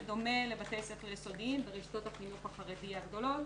בדומה לבתי ספר יסודיים ברשתות החינוך החרדי הגדולות,